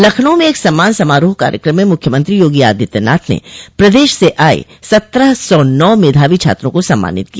लखनऊ में एक सम्मान समारोह कार्यक्रम में मुख्यमंत्री योगी आदित्यनाथ ने प्रदेश से आये सत्रह सौ नौ मेधावी छात्रों को सम्मानित किया